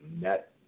net